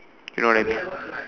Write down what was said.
you know what I mean